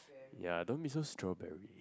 ya don't be so strawberry